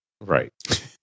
Right